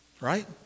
Right